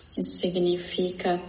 Significa